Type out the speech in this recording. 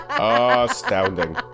Astounding